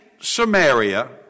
Samaria